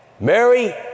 Mary